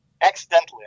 accidentally